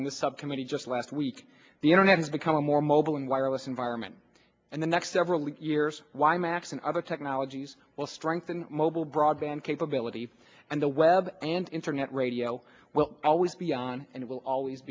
in the subcommittee just last week the internet has become a more mobile and wireless environment and the next several years why macs and other technologies will strengthen mobile broadband capability and the web and internet radio well always be on and it will always